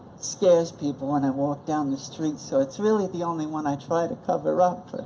scares people when i walk down the street, so it's really the only one i try to cover up. but